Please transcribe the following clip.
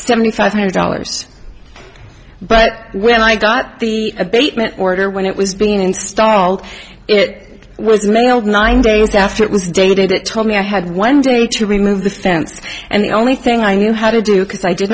seventy five dollars but when i got the abatement order when it was being installed it was mailed nine days after it was dated it told me i had one day to remove the fence and the only thing i knew how to do because i did